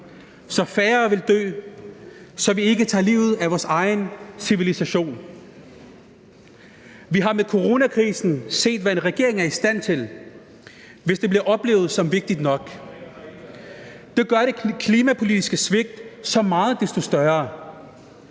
så færre vil dø, så vi ikke tager livet af vores egen civilisation. Vi har med coronakrisen set, hvad en regering er i stand til, hvis det bliver oplevet som vigtigt nok. Det gør det klimapolitiske svigt så meget desto større.